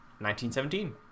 1917